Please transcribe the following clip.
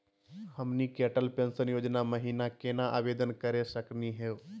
हमनी के अटल पेंसन योजना महिना केना आवेदन करे सकनी हो?